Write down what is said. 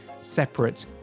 separate